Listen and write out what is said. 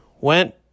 went